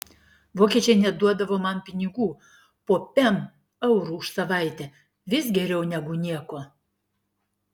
vokiečiai net duodavo man pinigų po pem eurų už savaitę vis geriau negu nieko